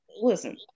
listen